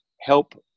help